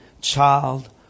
Child